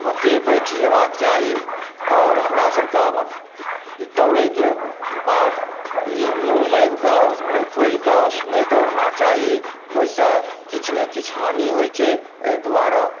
ओतय बैठि जेबाक चाही आओर हमरा सबके दौड़ैके बाद ई मुँह बाबिकऽ मुँह खोलिकऽ नहि दौड़ना चाही ओहिसँ किछु ने किछु हानि होइत छै एहि दुआरे